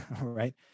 right